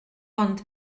ond